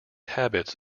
habits